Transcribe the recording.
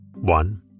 one